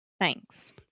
Thanks